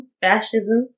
fascism